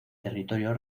territorio